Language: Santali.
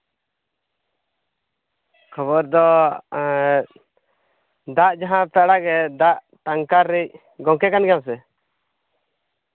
ᱠᱷᱚᱵᱚᱨ ᱫᱚ ᱫᱟᱜᱟ ᱡᱟᱦᱟᱸ ᱯᱮ ᱟᱲᱟᱜᱮᱛ ᱴᱮᱝᱠᱟᱨ ᱨᱮᱱ ᱜᱚᱝᱠᱮ ᱠᱟᱱ ᱜᱮᱭᱟᱢ ᱥᱮ